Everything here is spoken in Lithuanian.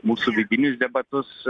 mūsų vidinius debatus